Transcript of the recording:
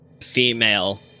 Female